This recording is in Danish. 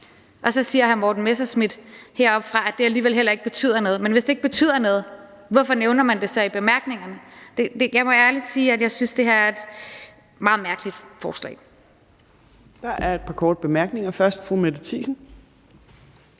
og så siger hr. Morten Messerschmidt heroppefra, at det ikke betyder noget. Men hvis det ikke betyder noget, hvorfor nævner man det så i bemærkningerne? Jeg må ærligt sige, at jeg synes, at det her er et meget mærkeligt forslag. Kl. 14:34 Fjerde næstformand (Trine